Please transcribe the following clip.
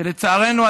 שלצערנו,